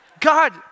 God